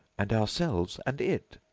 and ourselves, and it.